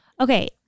Okay